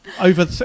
over